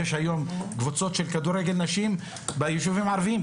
יש היום קבוצות של כדורגל נשים בישובים הערביים,